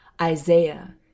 Isaiah